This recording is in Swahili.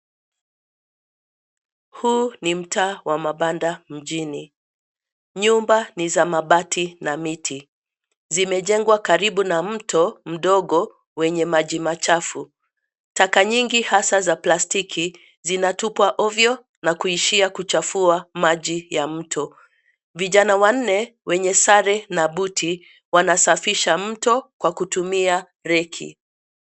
Huu ni mtaa wa mabanda mjini nyumba ni za mabati na miti zimejengwa karibu na mto mdogo wenye maji machafu taka nyingi hasa za plastiki zinatupwa ovyo na kuishia kuchafua maji ya mto . Vijana wanne wenye sare na buti wanasafisha mto kwa kutumia reki.